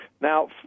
Now